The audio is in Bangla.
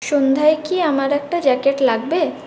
সন্ধ্যায় কি আমার একটা জ্যাকেট লাগবে